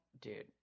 dude